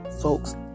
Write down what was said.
Folks